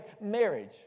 marriage